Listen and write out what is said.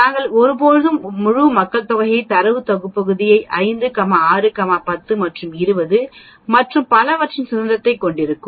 நாங்கள் ஒருபோதும் முழு மக்கள்தொகை தரவு தொகுப்பு மாதிரிகள் 5 6 10 20 மற்றும் பலவற்றின் சுதந்திரத்தைக் கொண்டிருக்கும்